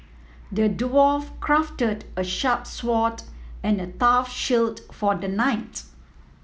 the dwarf crafted a sharp sword and a tough shield for the knight